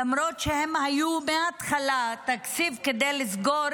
למרות שהם היו מההתחלה תקציב כדי לסגור